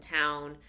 town